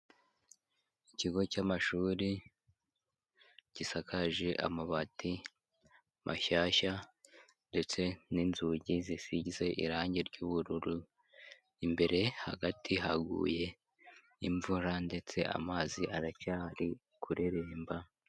Ikigo cy'amashuri gisakaje amabati mashyashya ndetse n'inzugi zisize irange ry'ubururu, imbere hagati haguye imvura ndetse amazi aracyari kureremba.